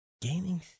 Gaming